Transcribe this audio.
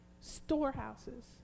storehouses